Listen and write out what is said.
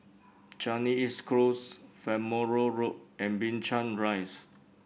Changi East Close Farnborough Road and Binchang Rise